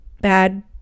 bad